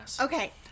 okay